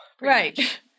Right